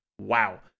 Wow